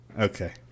Okay